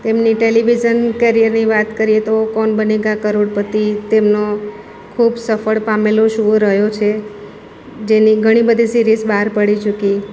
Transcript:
તેમની ટિલિવિઝન કેરિયરની વાત કરીએ તો કોન બનેગા કરોડપતિ તેમનો ખૂબ સફળ પામેલો શો રહ્યો છે જેની ઘણી બધી સીરિઝ બહાર પડી ચૂકી